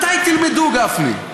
מתי תלמדו, גפני?